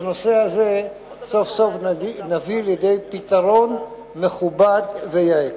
הנושא הזה נביא סוף-סוף לידי פתרון מכובד ויעיל.